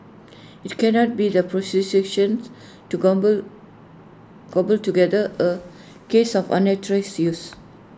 IT cannot be the prosecutions to cobble cobble together A case of unauthorised use